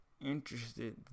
interested